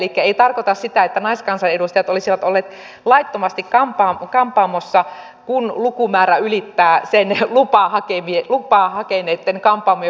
elikkä ei se tarkoita sitä että naiskansanedustajat olisivat olleet laittomasti kampaamossa kun lukumäärä ylittää sen lupaa hakeneitten kampaamojen lukumäärän